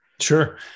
Sure